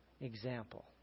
example